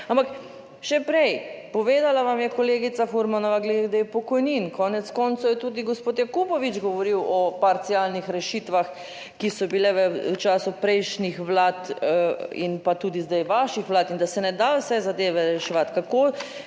ampak, še prej, povedala vam je kolegica Furmanova glede pokojnin, konec koncev je tudi gospod Jakopovič govoril o parcialnih rešitvah, ki so bile v času prejšnjih vlad in pa tudi zdaj vaših vlad in da se ne da vse zadeve reševati,